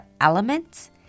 elements